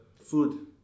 food